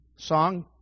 song